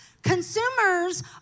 Consumers